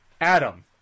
Adam